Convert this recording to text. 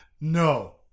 no